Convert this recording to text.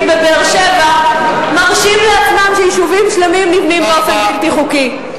בבאר-שבע מרשים לעצמם שיישובים שלמים נבנים באופן בלתי חוקי.